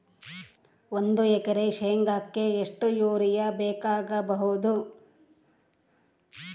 ಒಂದು ಎಕರೆ ಶೆಂಗಕ್ಕೆ ಎಷ್ಟು ಯೂರಿಯಾ ಬೇಕಾಗಬಹುದು?